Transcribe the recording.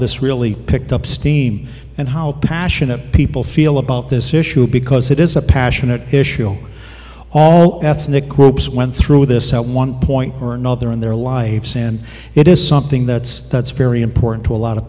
this really picked up steam and how passionate people feel about this issue because it is a passionate issue all ethnic groups went through this at one point or another in their lives and it is something that's very important to a lot of